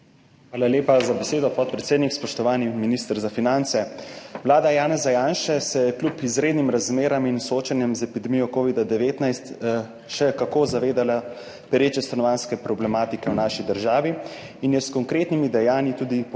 Hvala lepa za besedo, podpredsednik. Spoštovani minister za finance! Vlada Janeza Janše se je kljub izrednim razmeram in soočenjem z epidemijo covida-19 še kako zavedala pereče stanovanjske problematike v naši državi in je s konkretnimi dejanji tudi pokazala,